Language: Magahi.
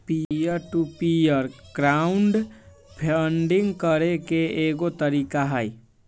peer to peer lending crowd funding करे के एगो तरीका हई